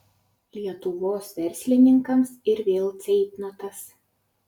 lietuvos verslininkams ir vėl ceitnotas